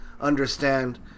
understand